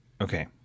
okay